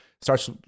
starts